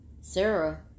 Sarah